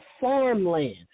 farmland